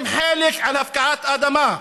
הם חלק מהפקעת האדמה.